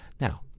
Now